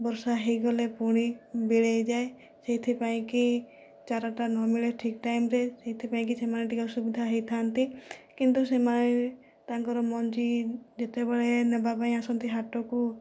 ବର୍ଷା ହୋଇଗଲେ ପୁଣି ମିଳାଇ ଯାଏ ସେହିଥିପାଇଁ କି ଚାରାଟା ନ ମିଳେ ଠିକ ଟାଇମ୍ରେ ସେଥିପାଇଁ କି ସେମାନେ ଟିକେ ଅସୁବିଧା ହୋଇଥାନ୍ତି କିନ୍ତୁ ସେମାନେ ତାଙ୍କର ମଞ୍ଜି ଯେତେବେଳେ ନେବା ପାଇଁ ଆସନ୍ତି ହାଟକୁ